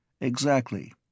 Exactly